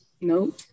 No